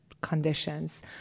conditions